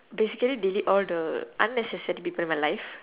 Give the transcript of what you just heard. basically delete all the unnecessary people in my life